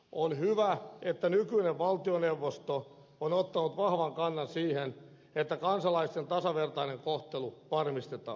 on hyvä että nykyinen valtioneuvosto on ottanut vahvan kannan siihen että kansalaisten tasavertainen kohtelu varmistetaan